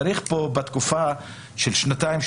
צריך בתקופה של שנתיים,